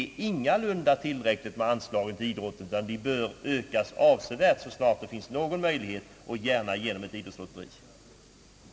Anslagen till idrotten är ingalunda tillräckliga, utan de bör ökas avsevärt, så snart det finns någon möjlighet därtill, och gärna genom anordnandet av ett idrottslotteri.